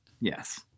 Yes